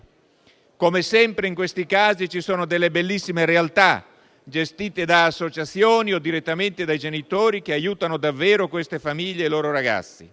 Come sempre in questi casi ci sono delle bellissime realtà gestite da associazioni, o direttamente dai genitori che aiutano davvero queste famiglie e i loro ragazzi,